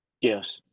Yes